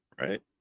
right